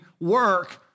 work